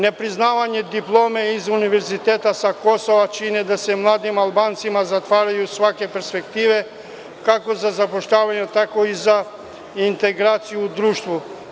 Ne priznavanje diplome iz univerziteta sa Kosova čine da se mladim Albancima zatvaraju svake perspektive, kako za zapošljavanje, tako i za integraciju u društvu.